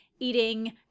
eating